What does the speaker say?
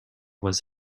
was